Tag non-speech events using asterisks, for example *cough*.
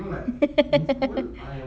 *laughs*